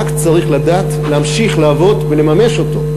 רק צריך לדעת להמשיך לעבוד ולממש אותו.